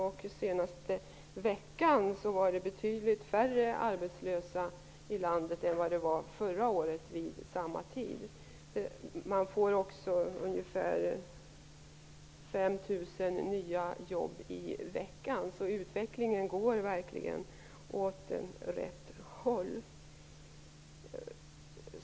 Den senaste veckan var det betydligt färre arbetslösa i landet än det var förra året vid samma tid. Det blir ungefär 5 000 nya jobb i veckan. Utvecklingen går verkligen åt rätt håll.